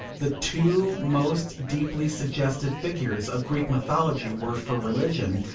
the two most deeply suggestive figures of greek mythology were, for religion,